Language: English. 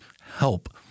help